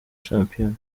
shampiyona